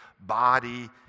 body